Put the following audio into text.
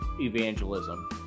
evangelism